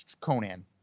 Conan